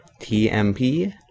TMP